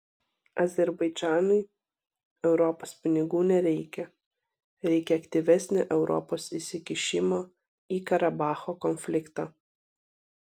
azerbaidžanui europos pinigų nereikia reikia aktyvesnio europos įsikišimo į karabacho konfliktą